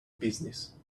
business